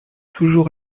toujours